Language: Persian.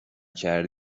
کردی